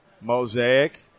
Mosaic